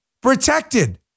protected